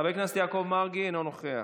חבר הכנסת יעקב מרגי, אינו נוכח,